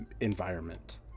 environment